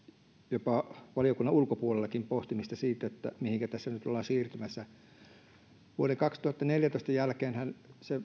jopa valiokunnan ulkopuolella pohtimista siitä mihinkä tässä nyt ollaan siirtymässä vuoden kaksituhattaneljätoista jälkeenhän